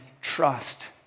trust